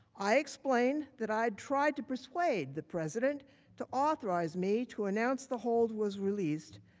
i explained that i tried to persuade the president to authorize me to announce the hold was released,